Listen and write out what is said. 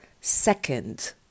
second